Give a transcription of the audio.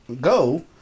Go